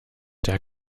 der